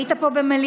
היית פה במליאה?